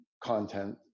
content